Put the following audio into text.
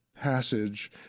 passage